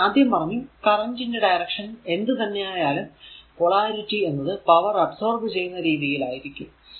ഞാൻ ആദ്യം പറഞ്ഞു കറന്റ് ന്റെ ഡയറക്ഷൻ എന്ത് തന്നെ ആയാലും പൊളാരിറ്റി എന്നത് പവർ അബ്സോർബ് ചെയ്യുന്ന രീതിയിൽ ആയിരിക്കും